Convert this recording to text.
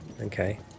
Okay